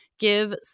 Give